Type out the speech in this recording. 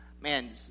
Man